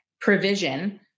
provision